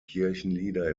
kirchenlieder